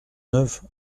neuf